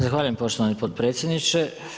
Zahvaljujem poštovani potpredsjedniče.